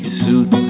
suit